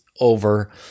over